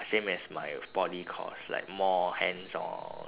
same as my uh poly course like more hands on